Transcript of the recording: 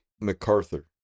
MacArthur